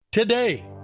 Today